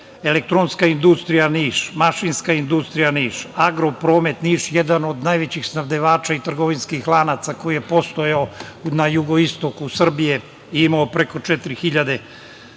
„Elektronska industrija Niš“, „Mašinska industrija Niš“, „Agropromet Niš“, jedan od najvećih snabdevača i trgovinskih lanaca koji je postojao na jugoistoku Srbije i imao preko 4.000